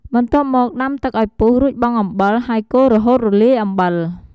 បន្ទាប់់មកដាំទឹកឱ្យពុះ រួចបង់អំបិល ហើយកូររហូតរលាយអំបិល ។